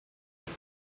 elle